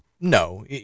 no